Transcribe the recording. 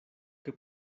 que